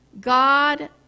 God